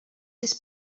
this